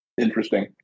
interesting